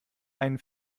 einen